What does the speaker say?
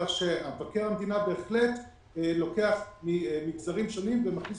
מבקר המדינה בהחלט לוקח ממגזרים שונים ומכניס